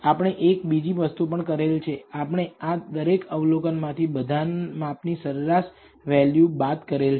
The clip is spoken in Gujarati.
આપણે એક બીજી વસ્તુ પણ કરેલ છે આપણે આ દરેક અવલોકન માંથી બધા માપની સરેરાશ વેલ્યુ બાદ કરેલ છે